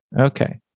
Okay